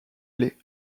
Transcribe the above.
aller